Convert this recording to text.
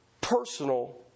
personal